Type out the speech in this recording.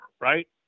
right